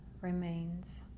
remains